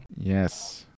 Yes